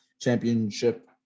championship